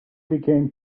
became